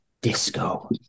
Disco